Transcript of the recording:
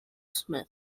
smith